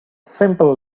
simple